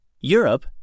Europe